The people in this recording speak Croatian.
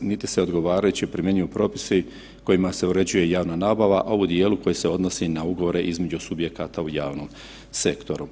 niti se odgovarajući primjenjuju propisi kojima se uređuje javna nabava, a u dijelu koji se odnosi na ugovore između subjekata u javnom sektoru“